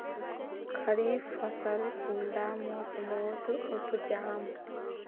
खरीफ फसल कुंडा मोसमोत उपजाम?